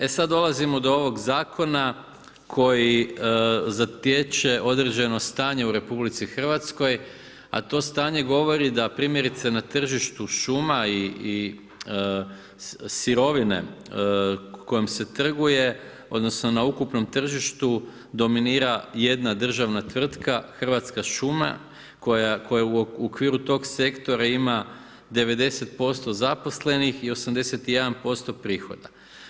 E sad dolazimo do ovog zakona koji zatječe određeno stanje u RH, a to stanje govori da primjerice na tržištu šuma i sirovine kojom se trguje, odnosno na ukupnom tržištu dominira jedna državna tvrtka Hrvatska šuma koja u okviru tog sektora ima 90% zaposlenih i 81% prihoda.